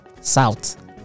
South